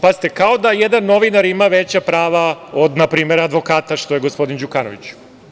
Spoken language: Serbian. Pazite, kao da jedan novinar ima veća prava od na primer advokata, što je gospodin Đukanović.